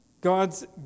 God's